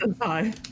hi